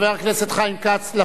חבר הכנסת חיים כץ,